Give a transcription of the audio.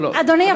אדוני,